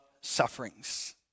sufferings